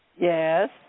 Yes